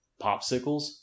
popsicles